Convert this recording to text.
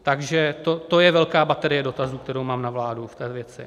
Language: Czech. Takže to je velká baterie dotazů, kterou mám na vládu v té věci.